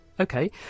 Okay